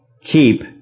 keep